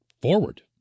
forward